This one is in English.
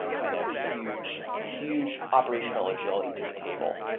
so kind of huge, huge operational agility to the table.